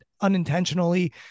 unintentionally